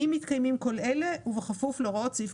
אם מתקיימים כל אלה ובכפוף להוראות סעיף